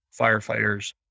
firefighters